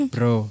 Bro